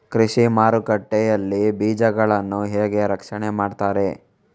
ಕೃಷಿ ಮಾರುಕಟ್ಟೆ ಯಲ್ಲಿ ಬೀಜಗಳನ್ನು ಹೇಗೆ ರಕ್ಷಣೆ ಮಾಡ್ತಾರೆ?